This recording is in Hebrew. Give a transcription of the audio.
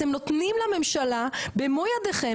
אתם נותנים לממשלה במו ידיכם,